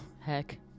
Heck